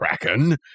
Kraken